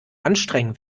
anstrengen